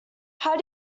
how